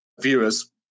viewers